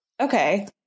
Okay